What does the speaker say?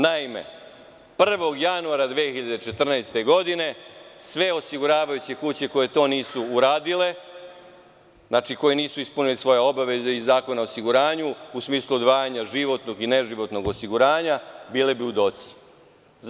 Naime, 1. januara 2014. godine sve osiguravajuće kuće koje to nisu uradile, koje nisu ispunile svoje obaveze iz Zakona o osiguranju u smislu odvajanja životnog i neživotnog osiguranja, bile bi u docnji.